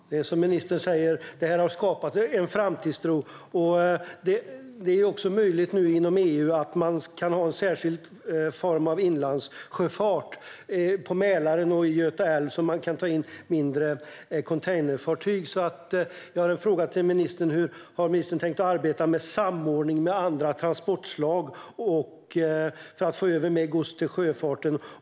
Herr talman! Det är som ministern säger; det här har skapat framtidstro. Nu är det också möjligt inom EU att ha en särskild inlandssjöfart, på Mälaren och i Göta älv, så att man kan ta in mindre containerfartyg. Hur har ministern tänkt arbeta med samordning med andra transportslag för att få över mer gods till sjöfarten?